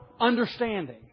understanding